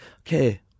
okay